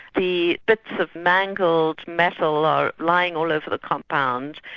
the bits of mangled metal are lying all over the compound,